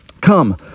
Come